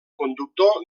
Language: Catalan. conductor